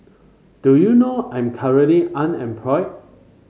do you know I'm currently unemployed